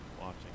watching